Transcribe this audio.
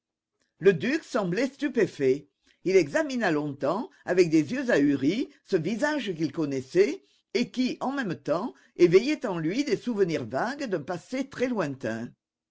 le duc semblait stupéfait il examina longtemps avec des yeux ahuris ce visage qu'il connaissait et qui en même temps éveillait en lui des souvenirs vagues d'un passé très lointain